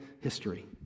history